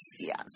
Yes